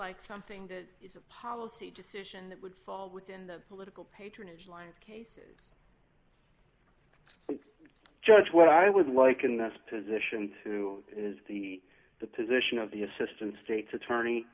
like something that is a policy decision that would fall within the political patronage line cases judge what i would like in this position to is the the position of the assistant state's attorney